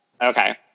Okay